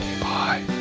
Bye